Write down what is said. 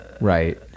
Right